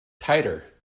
tighter